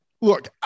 look